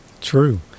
true